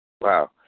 Wow